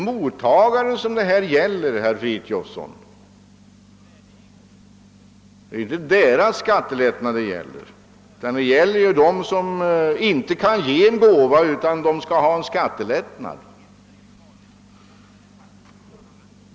Frågan gäller ju att ge skattelättnad, inte åt mottagaren, utan åt dem som inte kan ge en gåva utan att få skattelättnad.